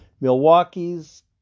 Milwaukee's